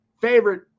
favorite